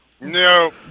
no